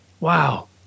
Wow